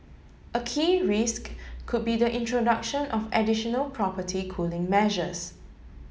a key risk could be the introduction of additional property cooling measures